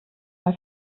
mal